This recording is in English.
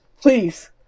Please